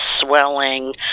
swelling